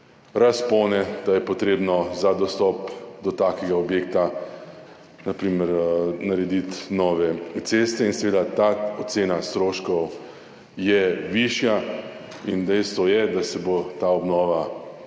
razpone, da je potrebno za dostop do takega objekta na primer narediti nove ceste, in seveda, ta ocena stroškov je višja. Dejstvo je, da se bo ta obnova